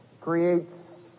creates